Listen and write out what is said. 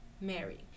Mary